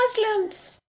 Muslims